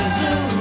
zoo